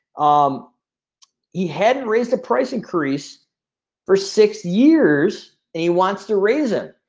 um he hadn't raised the price. increase for six years and he wants to raise him.